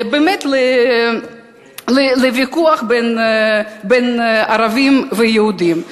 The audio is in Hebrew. לוויכוח בין ערבים ויהודים.